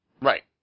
Right